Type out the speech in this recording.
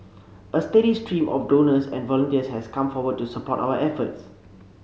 a steady stream of donors and volunteers has come forward to support our efforts